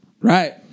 right